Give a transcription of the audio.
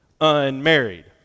Unmarried